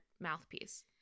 mouthpiece